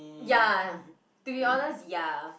ya to be honest ya